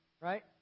right